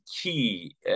key